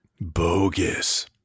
Bogus